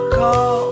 call